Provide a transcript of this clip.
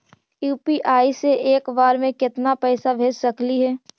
UPI से एक बार मे केतना पैसा भेज सकली हे?